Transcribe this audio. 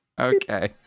Okay